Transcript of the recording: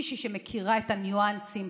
מישהי שמכירה את הניואנסים,